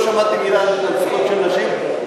לא שמעתי מילה על ארגון זכויות של נשים,